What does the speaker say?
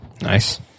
Nice